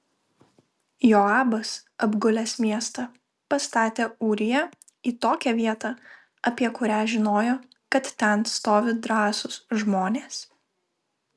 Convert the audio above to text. joabas apgulęs miestą pastatė ūriją į tokią vietą apie kurią žinojo kad ten stovi drąsūs žmonės